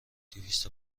دویست